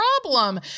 problem